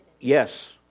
yes